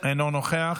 אינו נוכח,